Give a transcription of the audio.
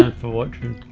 um for watching